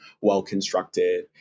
well-constructed